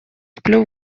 сплю